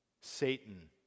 Satan